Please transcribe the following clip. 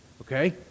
Okay